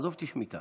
עזוב אותי שמיטה.